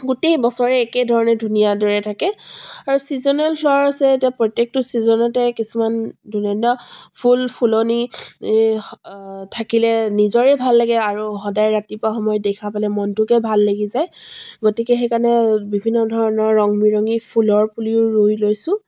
গোটেই বছৰে একেধৰণে ধুনীয়া দৰে থাকে আৰু ছিজনেল ফ্লাৱাৰচে এতিয়া প্ৰত্যেকটো ছিজনতে কিছুমান ধুনীয়া ধুনীয়া ফুল ফুলনি থাকিলে নিজৰে ভাল লাগে আৰু সদায় ৰাতিপুৱা সময়ত দেখা পালে মনটোকে ভাল লাগি যায় গতিকে সেইকাৰণে বিভিন্ন ধৰণৰ ৰং বিৰঙী ফুলৰ পুলি ৰুই লৈছোঁ